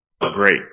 great